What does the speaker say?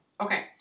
Okay